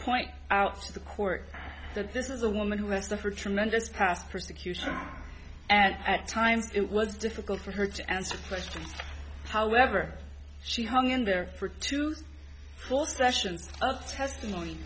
point out to the court that this is a woman who has suffered tremendous past persecution and at times it was difficult for her to answer questions however she hung in there for to the full special testimony